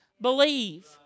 believe